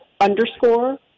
underscore